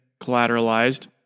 collateralized